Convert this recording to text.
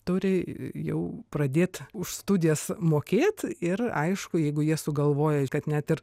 turi jau pradėt už studijas mokėt ir aišku jeigu jie sugalvoja kad net ir